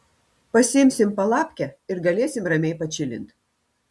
pasiimsim palapkę ir galėsim ramiai pačilint